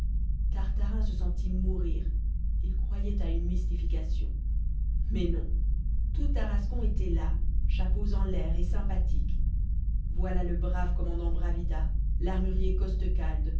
tartarin se sentit mourir il croyait à une mystification mais non tout tarascon était là chapeaux en l'air et sympathique voilà le brave commandant bravida l'armurier costecalde